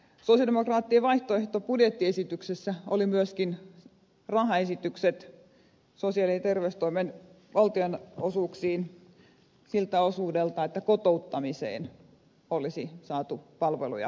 sosialidemokraattien vaihtoehtobudjettiesityksessä oli myöskin rahaesitykset sosiaali ja terveystoimen valtionosuuksiin siltä osin että kotouttamiseen olisi saatu palveluja parannettua